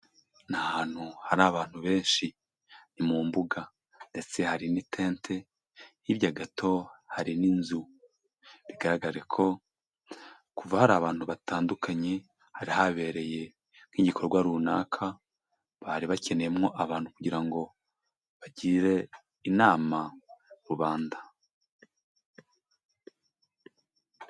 Ni ahantu hari abantu benshi, ni mu mbuga ndetse hari n'itente hirya gato hari n'inzu bigaragare ko kuva hari abantu batandukanye hari habereye nk'igikorwa runaka bari bakeneyemo abantu kugira ngo bagire inama rubanda.